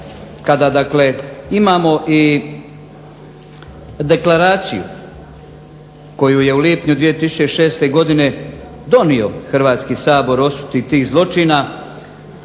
kada imamo i deklaraciju koju je u lipnju 2006. godine donio Hrvatski sabor o osudi tih zločina